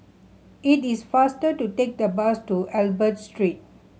it is faster to take the bus to Albert Street